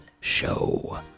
show